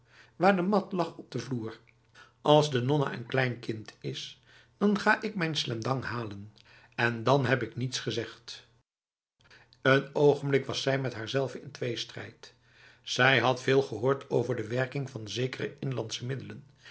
waar de mat lag op de vloer als de nonna een klein kind is dan ga ik mijn slendang halen en dan heb ik niets gezegd een ogenblik was zij met haarzelve in tweestrijd zij had veel gehoord over de werking van zekere inlandse middelen